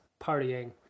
partying